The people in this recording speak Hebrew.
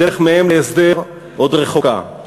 הדרך מהם להסדר עוד רחוקה,